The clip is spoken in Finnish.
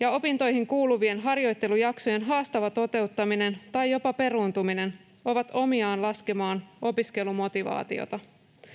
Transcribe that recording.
ja opintoihin kuuluvien harjoittelujaksojen haastava toteuttaminen tai jopa peruuntuminen ovat omiaan laskemaan opiskelumotivaatiota.